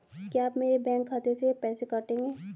क्या आप मेरे बैंक खाते से पैसे काटेंगे?